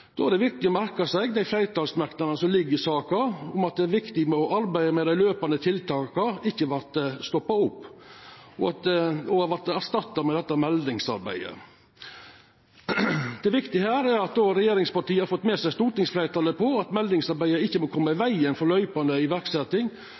Då er det viktig å merka seg dei fleirtalsmerknadene som ligg i saka, om at det er viktig at arbeidet med dei løpande tiltaka ikkje stoppar opp og vert erstatta med dette meldingsarbeidet. Det viktige her er at regjeringspartia har fått med seg stortingsfleirtalet på at meldingsarbeidet ikkje må koma i